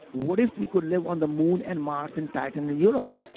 what if we could live on the moon, and mars, and titan, and europa.